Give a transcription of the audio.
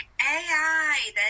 AI